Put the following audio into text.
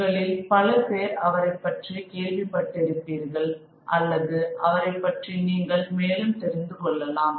உங்களில் பல பேர் அவரைப் பற்றி கேள்விப்பட்டிருப்பீர்கள் அல்லது அவரை பற்றி நீங்கள் மேலும் தெரிந்து கொள்ளலாம்